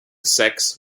sex